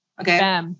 Okay